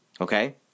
Okay